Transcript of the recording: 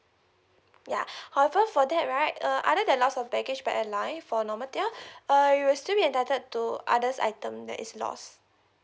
yeah however for that right uh other than loss of baggage per airline for normal tier uh you will still be entitled to others item that is lost